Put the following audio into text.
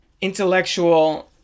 intellectual